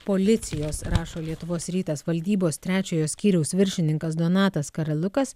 policijos rašo lietuvos rytas valdybos trečiojo skyriaus viršininkas donatas karalukas